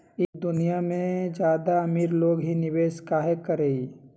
ई दुनिया में ज्यादा अमीर लोग ही निवेस काहे करई?